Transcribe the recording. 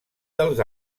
dels